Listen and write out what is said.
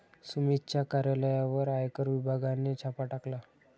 सुमितच्या कार्यालयावर आयकर विभागाने छापा टाकला